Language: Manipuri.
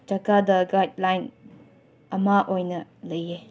ꯖꯒꯥꯗ ꯒꯥꯏꯠꯂꯥꯏꯟ ꯑꯃ ꯑꯣꯏꯅ ꯂꯩꯌꯦ